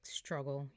struggle